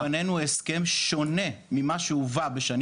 הובא בפנינו הסכם שונה ממה שהובא בשנים